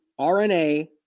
RNA